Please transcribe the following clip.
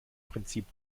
prinzip